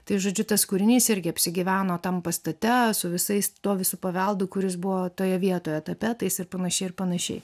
tai žodžiu tas kūrinys irgi apsigyveno tam pastate su visais tuo visu paveldu kuris buvo toje vietoje tapetais ir panašiai ir panašiai